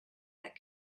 that